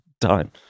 time